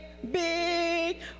Big